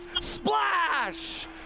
Splash